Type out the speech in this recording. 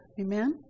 Amen